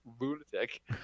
lunatic